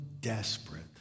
desperate